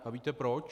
A víte proč?